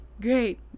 great